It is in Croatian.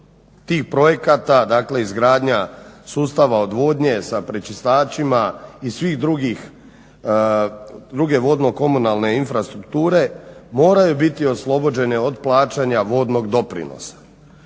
tih projekata, dakle izgradnja sustava odvodnje sa prečistačima i sve druge vodno-komunalne infrastrukture moraju biti oslobođene od plaćanja vodnog doprinosa.